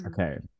Okay